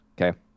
okay